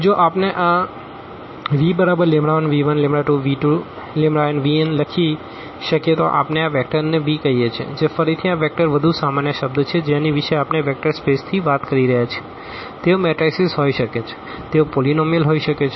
જો આપણે આ v1v12v2nvn લખી શકીએ તો આપણે આ વેક્ટરને v કહીએ છીએ જે ફરીથી આ વેક્ટર વધુ સામાન્ય શબ્દ છે જેની વિશે આપણે વેક્ટર સ્પેસથી વાત કરી રહ્યા છીએ તેઓ મેટરાઈસીસ હોઈ શકે છે તેઓ પોલીનોમીઅલ હોઈ શકે છે